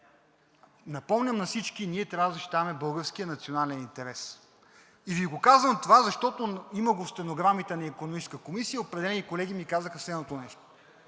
Напомням на всички, ние трябва да защитаваме българския национален интерес. И Ви го казвам това, защото – има го в стенограмите на Икономическата комисия, определени колеги ми казаха следното нещо: